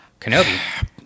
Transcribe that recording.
Kenobi